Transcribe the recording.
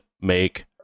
make